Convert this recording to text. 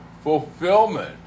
fulfillment